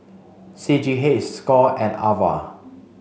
C G H Score and Ava